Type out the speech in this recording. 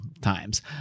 times